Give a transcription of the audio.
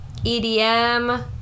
EDM